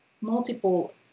multiple